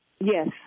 Yes